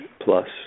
plus